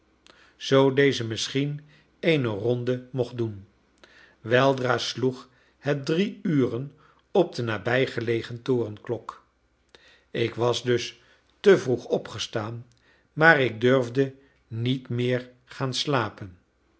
zoo deze misschien eene ronde mocht doen weldra sloeg het drie uren op de nabijgelegen torenklok ik was dus te vroeg opgestaan maar ik durfde niet meer gaan slapen